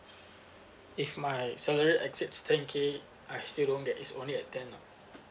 if my salary exceeds ten K I still don't get it's only at ten lah